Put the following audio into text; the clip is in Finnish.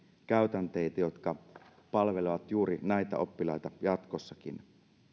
käytänteitä jotka palvelevat juuri näitä oppilaita jatkossakin